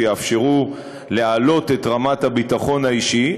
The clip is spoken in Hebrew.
שיאפשרו להעלות את רמת הביטחון האישי,